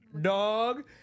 Dog